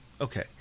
Okay